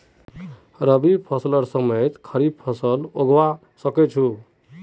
रवि फसलेर समयेत खरीफ फसल उगवार सकोहो होबे?